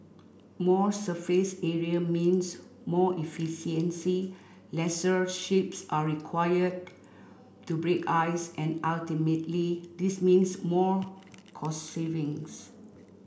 more surface area means more efficiency lesser ships are required to break ice and ultimately this means more cost savings